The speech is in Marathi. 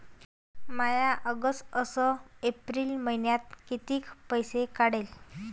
म्या ऑगस्ट अस एप्रिल मइन्यात कितीक पैसे काढले?